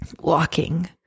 walking